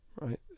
right